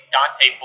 Dante